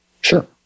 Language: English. Sure